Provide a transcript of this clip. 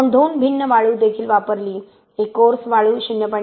आपण दोन भिन्न वाळू देखील वापरली एक कोर्स वाळू 0